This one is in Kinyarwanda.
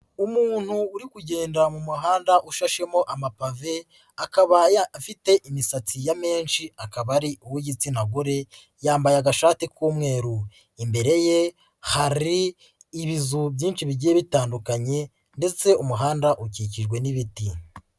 Umuntu uri kugenda mu muhanda ushashemo amapave, akaba afite imisatsi ya menshi akaba ari uw'igitsina gore, yambaye agashati k'umweru imbere ye hari ibizu byinshi bigiye bitandukanye ndetse umuhanda ukikijwe n'ibiti.